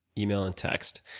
email and text.